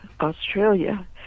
Australia